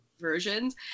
versions